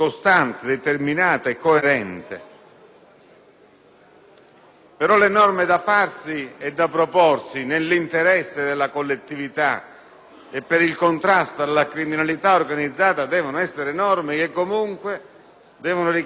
Però, le norme da approvare e da proporre nell'interesse della collettività per il contrasto alla criminalità organizzata devono, comunque, ricadere nell'alveo costituzionale.